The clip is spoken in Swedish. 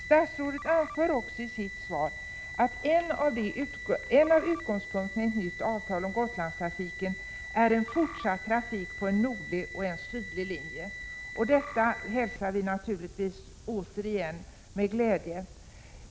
Statsrådet anför i sitt svar också att en av utgångspunkterna i ett nytt avtal om Gotlandstrafiken är en fortsatt trafik på en nordlig och en sydlig linje. Detta hälsar vi naturligtvis återigen med glädje.